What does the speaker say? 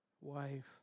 wife